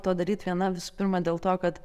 to daryt viena visų pirma dėl to kad